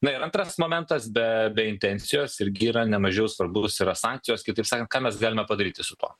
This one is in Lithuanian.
na ir antras momentas be be intencijos irgi yra ne mažiau svarbus yra sankcijos kitaip sakant ką mes galime padaryti su tuo